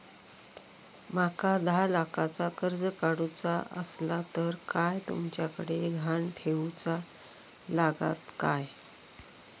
माका दहा लाखाचा कर्ज काढूचा असला तर काय तुमच्याकडे ग्हाण ठेवूचा लागात काय?